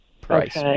price